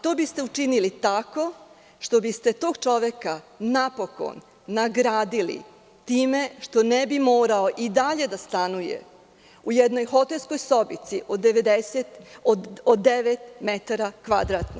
To biste učinili tako što biste tog čoveka napokon nagradili time što ne bi morao i dalje da stanuje u jednoj hotelskoj sobici od devet metara kvadratnih.